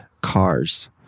cars